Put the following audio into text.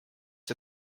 see